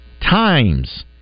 times